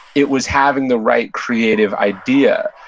it was having the right creative idea.